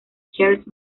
charles